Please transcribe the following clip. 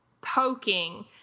poking